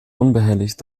unbehelligt